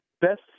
best